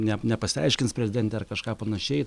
ne nepasiaiškins prezidentė ar kažką panašiai